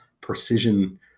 Precision